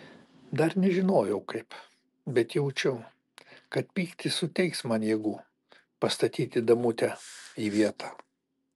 dar nežinojau kaip bet jaučiau kad pyktis suteiks man jėgų pastatyti damutę į vietą